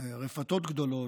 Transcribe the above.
רפתות גדולות,